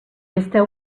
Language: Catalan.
esteu